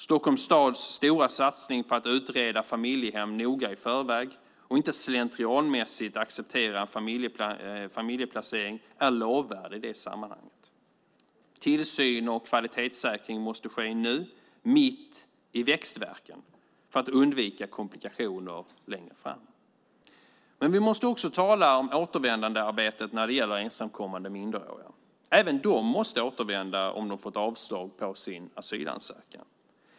Stockholms stads stora satsning på att utreda familjehem noga i förväg och inte slentrianmässigt acceptera en familjeplacering är lovvärd i det sammanhanget. Tillsyn och kvalitetssäkring måste ske nu mitt i växtvärken för att man ska undvika komplikationer längre fram. Vi måste också tala om återvändandearbetet när det gäller ensamkommande minderåriga. Även de måste återvända om de får ett avslag på sin asylansökan.